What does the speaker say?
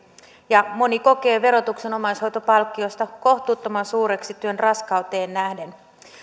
ja moni kokee verotuksen omaishoitopalkkiosta kohtuuttoman suureksi työn raskauteen nähden